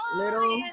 little